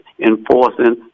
enforcing